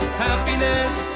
happiness